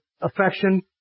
affection